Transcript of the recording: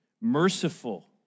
merciful